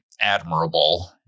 admirable